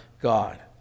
God